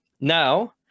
Now